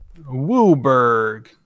Wooberg